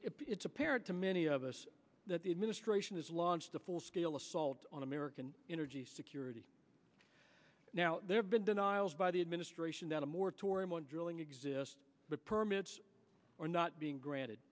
it's apparent to many of us that the administration has launched a full scale assault on american energy security now they have been denials by the administration that a moratorium on drilling exists but permits are not being granted